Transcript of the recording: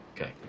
Okay